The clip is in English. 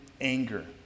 anger